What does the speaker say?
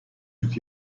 yüz